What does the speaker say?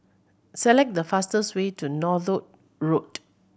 select the fastest way to Northolt Road